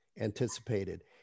anticipated